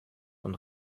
und